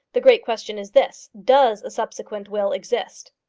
the great question is this does a subsequent will exist?